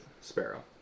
Sparrow